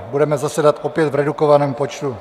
Budeme zasedat opět v redukovaném počtu.